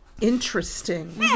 Interesting